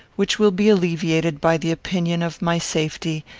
which will be alleviated by the opinion of my safety,